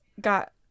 got